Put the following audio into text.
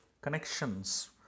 connections